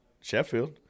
sheffield